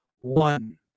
One